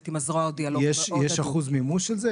יש אחוז מימוש של זה?